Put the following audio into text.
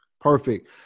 Perfect